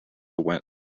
went